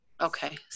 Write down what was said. Okay